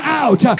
out